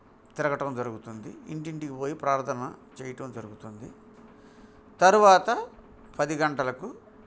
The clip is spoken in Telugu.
తిరగడం జరుగుతుంది ఇంటింటికి పోయి ప్రార్థన చేయడం జరుగుతుంది తరువాత పది గంటలకు